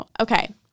Okay